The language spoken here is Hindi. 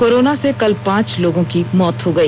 कोरोना से कल पांच लोगों की मौत हो गई